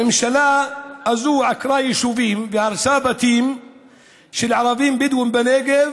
הממשלה הזאת עקרה יישובים והרסה בתים של ערבים בדואים בנגב